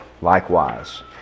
likewise